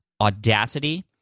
Audacity